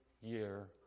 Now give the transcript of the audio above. year